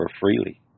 freely